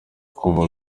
kuva